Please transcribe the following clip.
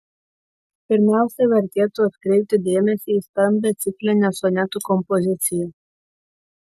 pirmiausia vertėtų atkreipti dėmesį į stambią ciklinę sonetų kompoziciją